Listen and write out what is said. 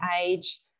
age